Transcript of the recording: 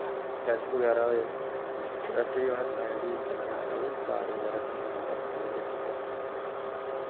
test वगैरा होए test च उनें सनाया कि इ'यां इ'यां ओह् क्लाट बगैरा बनी दे ते आपरेशन करने पौना